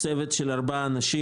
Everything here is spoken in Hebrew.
צוות של ארבעה אנשים.